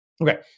Okay